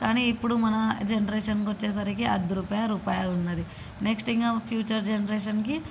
కానీ ఇప్పుడు మన జనరేషన్కి వచ్చేసరికి అర్దు రూపాయ రూపాయ ఉన్నది నెక్స్ట్ ఇంకా ఫ్యూచర్ జనరేషన్కి